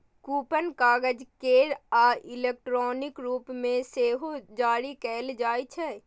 coupon कागज केर आ इलेक्ट्रॉनिक रूप मे सेहो जारी कैल जाइ छै